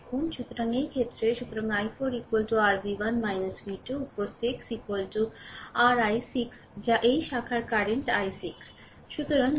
সুতরাং এই ক্ষেত্রে সুতরাং i4 r v1 v2 উপর 6 r i6 যা এই শাখার কারেন্ট i6